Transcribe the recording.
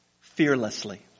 fearlessly